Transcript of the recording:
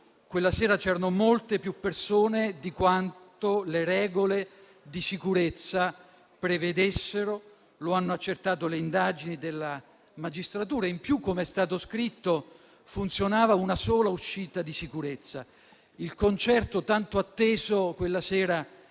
quella sera c'erano molte più persone di quanto le regole di sicurezza prevedessero. Lo hanno accertato le indagini della magistratura. In più - come è stato scritto - funzionava una sola uscita di sicurezza. Il concerto tanto atteso quella sera